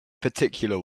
particular